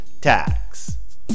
tax